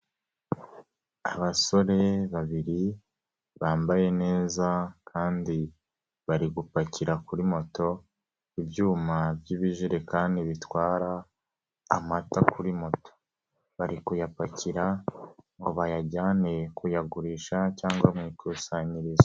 Abasore babiri bambaye neza kandi bari gupakira kuri moto ibyuma by'ibijerekani bitwara amata kuri moto, bari kuyapakira ngo bayajyane kuyagurisha cyangwa mu ikusanyirizo.